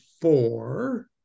four